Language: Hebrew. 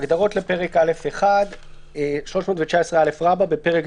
הגדרות לפרק א'1 319א. בפרק זה,